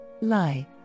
lie